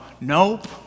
nope